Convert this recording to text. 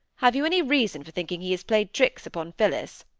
have you any reason for thinking he has played tricks upon phillis